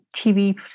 TV